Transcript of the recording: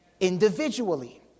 individually